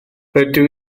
rydw